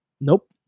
Nope